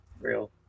real